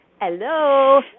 Hello